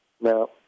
No